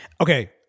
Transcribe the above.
Okay